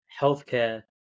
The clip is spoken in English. healthcare